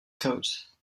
coat